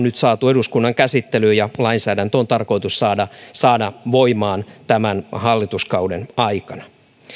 nyt saatu eduskunnan käsittelyyn ja lainsäädäntö on tarkoitus saada saada voimaan tämän hallituskauden aikana